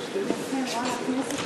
הכנסת,